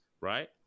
Right